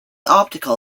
optical